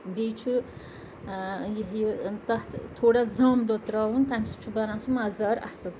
بیٚیہِ چھُ یہِ ہہ یہِ تَتھ تھوڑا زامہٕ دۄد ترٛاوُن تَمہِ سۭتۍ چھُ بَنان سُہ مَزٕدار اَصٕل